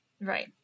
right